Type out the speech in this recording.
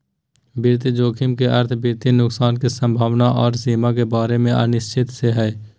वित्तीय जोखिम के अर्थ वित्तीय नुकसान के संभावना आर सीमा के बारे मे अनिश्चितता से हय